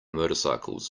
motorcycles